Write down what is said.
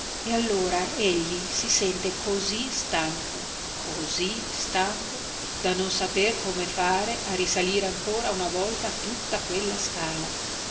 e allora egli si sente così stanco così stanco da non saper come fare a risalire ancora una volta tutta quella scala